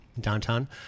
downtown